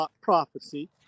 prophecy